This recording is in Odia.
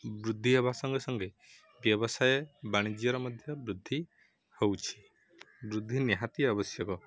ବୃଦ୍ଧି ହେବା ସଙ୍ଗେ ସଙ୍ଗେ ବ୍ୟବସାୟ ବାଣିଜ୍ୟର ମଧ୍ୟ ବୃଦ୍ଧି ହେଉଛି ବୃଦ୍ଧି ନିହାତି ଆବଶ୍ୟକ